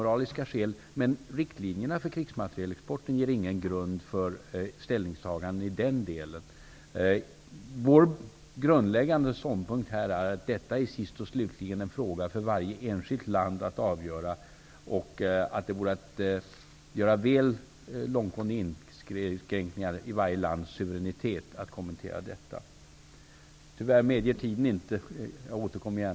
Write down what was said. Riktlinjerna för krigsmaterielexporten ger ingen grund för ett ställningstagande i den delen. Vår grundläggande ståndpunkt är att detta sist och slutligen är en fråga för varje enskilt land att avgöra. Det vore att göra väl långtgående inskränkningar i varje lands suveränitet att kommentera detta. Tyvärr medger inte tiden fler kommentarer.